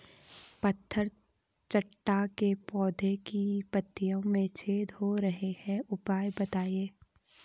पत्थर चट्टा के पौधें की पत्तियों में छेद हो रहे हैं उपाय बताएं?